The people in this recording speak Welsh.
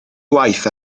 waith